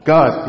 God